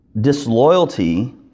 disloyalty